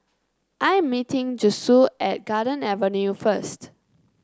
I am meeting Josue at Garden Avenue first